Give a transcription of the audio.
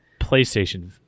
PlayStation